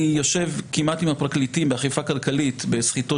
אני יושב עם הפרקליטים באכיפה כלכלית בסחיטות